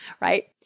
right